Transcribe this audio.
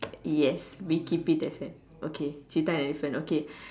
yes we keep it as that okay cheetah and elephant okay